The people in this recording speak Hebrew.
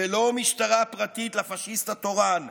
ולא משטרה פרטית לפשיסט התורן.